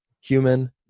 human